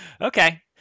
okay